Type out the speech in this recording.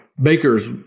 Baker's –